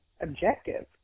objective